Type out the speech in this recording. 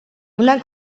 una